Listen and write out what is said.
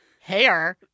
hair